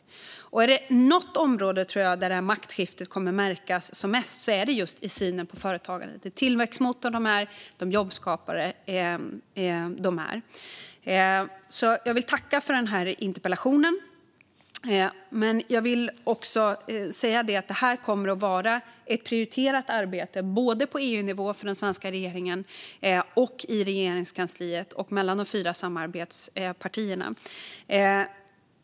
Och är det något område där det här maktskiftet verkligen kommer att märkas är det just i synen på företagandet och den tillväxtmotor och jobbskapare det är. Jag vill tacka för interpellationen. Men jag vill också säga att det här kommer att vara ett prioriterat arbete både på EU-nivå, för den svenska regeringen, i Regeringskansliet och mellan de fyra samarbetspartierna.